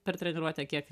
per treniruotę kiek